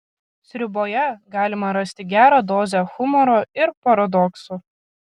sriuboje galima rasti gerą dozę humoro ir paradokso